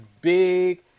big